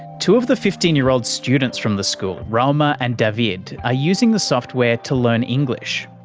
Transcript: two of the fifteen year old students from the school, roama and david, are using the software to learn english.